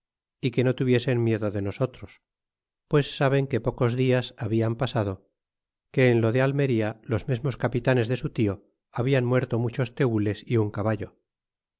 y que no tuviesen miedo de nosotros pues saben que pocos dias hablan pasado que en lo de almería los mesmos capitanes de su tio hablan muerto muchos tenles y un caballo